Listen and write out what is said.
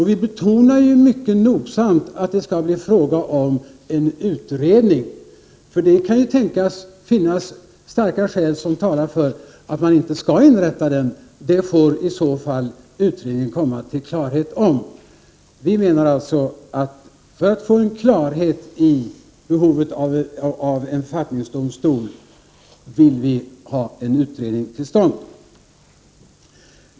Vi betonar mycket nogsamt att det skall bli fråga om en utredning. Det kan ju finnas starka skäl som talar mot. Men det får utredningen i så fall komma till klarhet om. 107 Vi menar alltså att vi, för att det skall råda klarhet om behovet av en författningsdomstol, vill att en utredning skall komma till stånd.